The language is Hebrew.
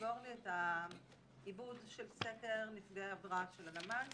אורלי את העיבוד של סקר נפגעי עבירה של הלמ"ס